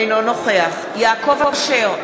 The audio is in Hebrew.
אינו נוכח יעקב אשר,